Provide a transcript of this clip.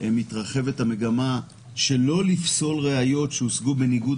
מתרחבת המגמה שלא לפסול ראיות שהושגו בניגוד